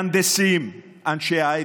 מהנדסים, אנשי הייטק,